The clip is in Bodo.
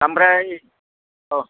ओमफ्राय